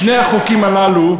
שני החוקים הללו,